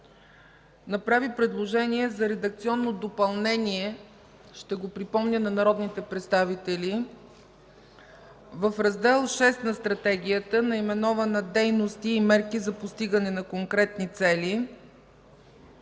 направи предложение за редакционно допълнение. Ще го припомня на народните представители. В Раздел VІ на Стратегията, наименован: „Дейности и мерки за постигане на конкретните цели”,